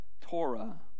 Torah